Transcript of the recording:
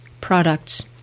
products